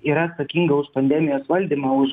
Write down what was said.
yra atsakinga už pandemijos valdymą už